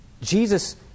Jesus